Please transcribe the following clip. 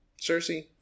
Cersei